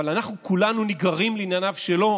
אבל אנחנו כולנו נגררים לענייניו שלו,